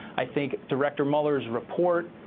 i think director mueller's report,